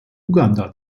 uganda